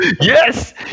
Yes